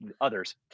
others